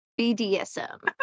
BDSM